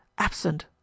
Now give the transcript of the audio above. absent